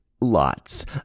lots